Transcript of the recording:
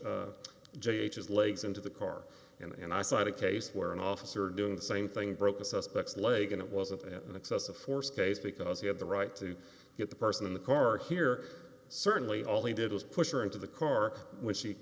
jay ages legs into the car and i cite a case where an officer doing the same thing broke the suspects leg and it wasn't an excessive force case because he had the right to get the person in the car here certainly all he did was push her into the car when she